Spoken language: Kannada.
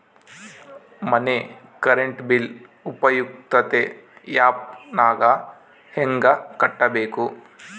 ಮನೆ ಕರೆಂಟ್ ಬಿಲ್ ಉಪಯುಕ್ತತೆ ಆ್ಯಪ್ ನಾಗ ಹೆಂಗ ಕಟ್ಟಬೇಕು?